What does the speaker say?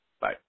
Bye